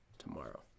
Tomorrow